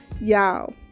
y'all